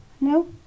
No